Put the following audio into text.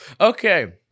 Okay